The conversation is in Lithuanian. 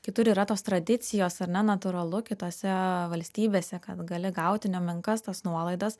kitur yra tos tradicijos ar ne natūralu kitose valstybėse kad gali gauti nemenkas tas nuolaidas